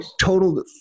total